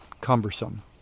cumbersome